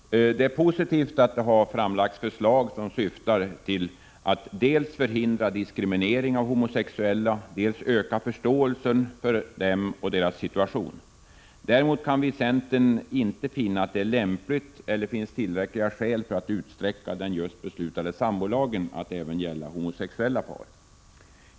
Herr talman! Det är positivt att det har framlagts förslag som syftar till att dels förhindra diskriminering av homosexuella, dels öka förståelsen för dem och deras situation. Däremot kan vi inom centern inte finna att det är lämpligt eller att det finns tillräckliga skäl för att utsträcka den just beslutade sambolagen till att även gälla homosexuella par.